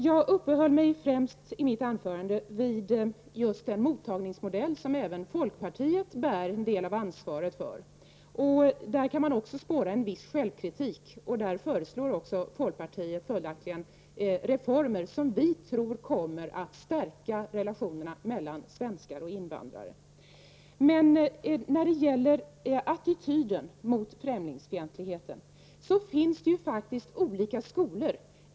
Jag uppehöll mig i mitt anförande främst vid just den mottagningsmodell som även folkpartiet bär en del av ansvaret för, och där kan också spåras en viss självkritik. Folkpartiet föreslår följaktligen reformer, som vi tror kommer att stärka relationerna mellan svenskar och invandrare. När det gäller attityden mot främlingsfientligheten finns det olika skolor.